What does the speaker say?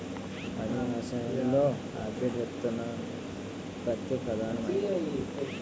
ఆధునిక వ్యవసాయంలో హైబ్రిడ్ విత్తనోత్పత్తి ప్రధానమైనది